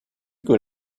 que